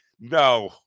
No